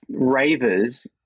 Ravers